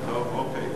טוב, אוקיי.